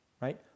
right